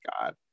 God